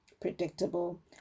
predictable